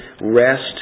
rest